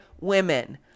women